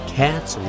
cats